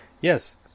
yes